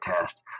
test